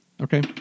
Okay